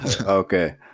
okay